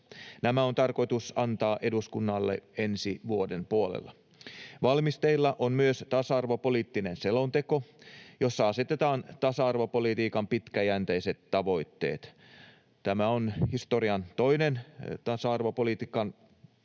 Nämä on tarkoitus antaa eduskunnalle ensi vuoden puolella. Valmisteilla on myös tasa-arvopoliittinen selonteko, jossa asetetaan tasa-arvopolitiikan pitkäjänteiset tavoitteet. Tämä on historian toinen tasa-arvopolitiikan